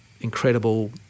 incredible